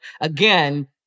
again